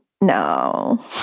no